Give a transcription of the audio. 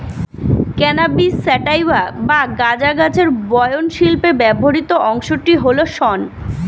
cannabis sativa বা গাঁজা গাছের বয়ন শিল্পে ব্যবহৃত অংশটি হল শন